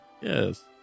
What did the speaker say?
Yes